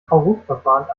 hauruckverfahren